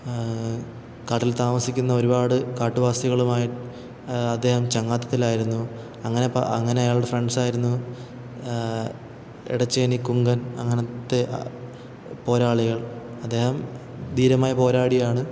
കാട്ടില്ത്താമസിക്കുന്ന ഒരുപാട് കാട്ടുവാസികളുമായി അദ്ദേഹം ചങ്ങാത്തത്തിലായിരുന്നു അങ്ങനെ അങ്ങനെ അയാളുടെ ഫ്രണ്ട്സായിരുന്നു എടച്ചേനി കുങ്കന് അങ്ങനത്തെ പോരാളികള് അദ്ദേഹം ധീരമായി പോരാടിയാണ്